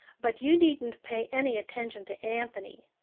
but you needn't pay any attention to anthony.